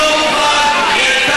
אני לא מוכן לכך,